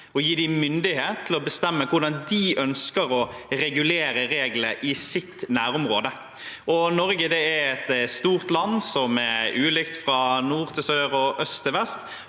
og gi dem myndighet til å bestemme hvordan de ønsker å regulere reglene i sitt nærområde. Norge er et stort land som er ulikt fra nord til sør og øst til vest,